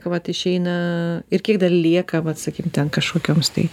vat išeina ir kiek dar lieka vat sakykim ten kažkokioms tai